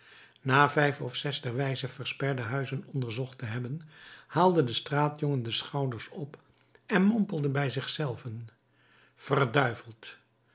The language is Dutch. na vijf of zes derwijze versperde huizen onderzocht te hebben haalde de straatjongen de schouders op en mompelde bij zich zelven verduiveld